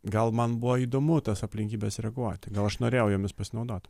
gal man buvo įdomu tas aplinkybes reaguoti gal aš norėjau jomis pasinaudot